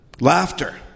laughter